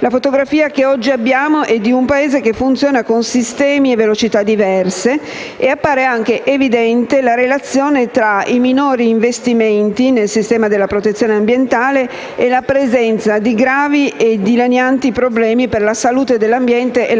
La fotografia che oggi abbiamo ritrae un Paese che funziona con sistemi e velocità diverse e appare anche evidente la relazione tra i minori investimenti nel sistema della protezione ambientale e la presenza di gravi e dilanianti problemi per la salute dell'ambiente e